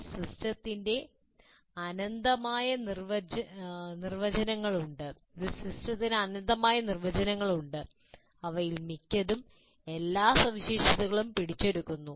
ഒരു സിസ്റ്റത്തിന് അനന്തമായ നിർവചനങ്ങൾ ഉണ്ട് അവയിൽ മിക്കതും എല്ലാ സവിശേഷതകളും പിടിച്ചെടുക്കുന്നു